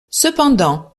cependant